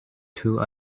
two